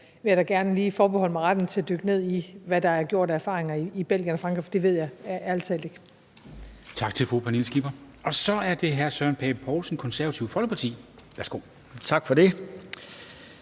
vil jeg da gerne lige forbeholde mig retten til at dykke ned i, hvad der er gjort af erfaringer i Belgien og Frankrig, for det ved jeg ærlig talt ikke. Kl. 13:42 Formanden (Henrik Dam Kristensen): Tak til fru Pernille Skipper. Så er det hr. Søren Pape Poulsen, Det Konservative Folkeparti. Værsgo. Kl.